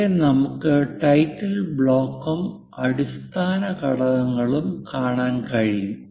ഇവിടെ നമുക്ക് ടൈറ്റിൽ ബ്ലോക്കും അടിസ്ഥാന ഘടകങ്ങളും കാണാൻ കഴിയും